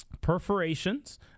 perforations